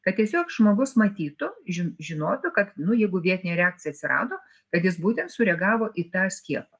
kad tiesiog žmogus matytų žin žinotų kad nu jeigu vietinė reakcija atsirado kad jis būtent sureagavo į tą skiepą